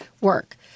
work